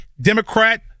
Democrat